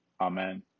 Amen